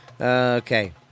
Okay